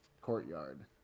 courtyard